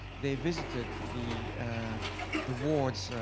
they visited the the wards,